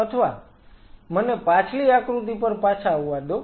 અથવા મને પાછલી આકૃતિ પર પાછા આવવા દો